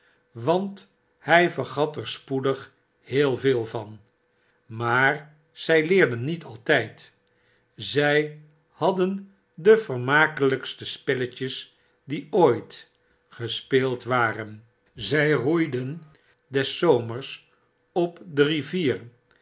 want hy vergat er spoedig heel veel van maar zy leerden niet altyd zy hadden de vermakelykste spelletjes die ooit gespeeld waren zy roeiden des zomers op de rivier